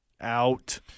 Out